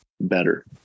better